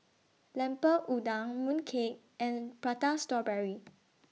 Lemper Udang Mooncake and Prata Strawberry